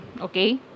okay